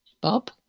Bob